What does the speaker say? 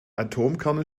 atomkerne